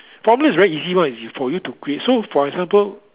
for me it's very easy one is for you to create so for example